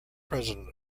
president